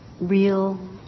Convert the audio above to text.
real